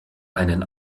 einen